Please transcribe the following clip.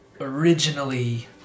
originally